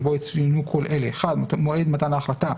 ובו יצוינו כל אלה: (1)מועד מתן ההחלטה,